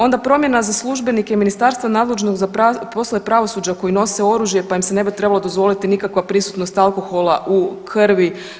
Onda promjena za službenike ministarstva nadležnog za poslove pravosuđa koji nose oružje, pa im se ne bi trebala dozvoliti nikakva prisutnost alkohola u krvi.